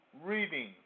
reading